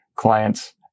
Clients